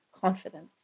confidence